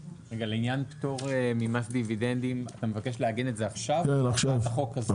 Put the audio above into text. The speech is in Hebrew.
לעניין פטור ממס דיבידנדים אתה מבקש לעגן את זה עכשיו להצעת החוק הזאת?